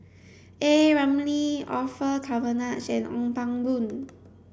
A Ramli Orfeur Cavenagh and Ong Pang Boon